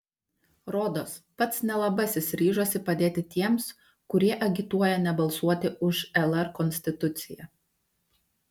rodos pats nelabasis ryžosi padėti tiems kurie agituoja nebalsuoti už lr konstituciją